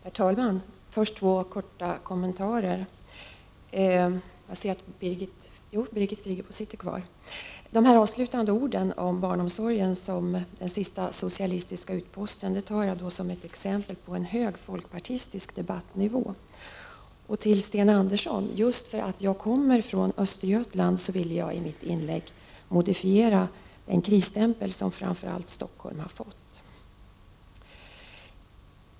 Herr talman! En kort kommentar till Birgit Friggebo. Hennes avslutande ord om barnomsorgen som den sista socialistiska utposten tar jag som exempel på en hög folkpartistisk debattnivå. Till Sten Andersson i Malmö vill jag säga att jag just på grund av att jag kommer från Östergötland ville modifiera den krisstämpel som framför allt Stockholm har fått.